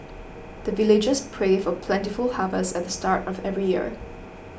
the villagers pray for plentiful harvest at the start of every year